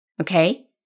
Okay